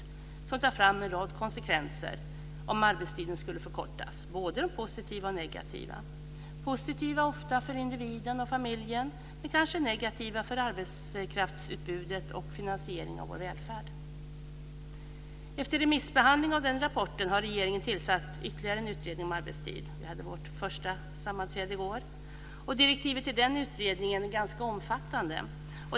I den behandlas en rad konsekvenser av en arbetstidsförkortning, både positiva och negativa. Det blir ofta positiva konsekvenser för individen och familjen, men kanske negativa för arbetskraftsutbudet och finansieringen av vår välfärd. Efter remissbehandling av den rapporten har regeringen tillsatt ytterligare en utredning om arbetstid. Vi hade vårt första sammanträde i går. Direktiven till den utredningen är ganska omfattande.